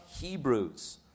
Hebrews